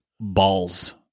balls